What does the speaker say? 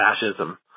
fascism